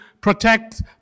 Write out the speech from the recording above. protect